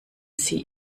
sie